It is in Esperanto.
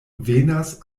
venas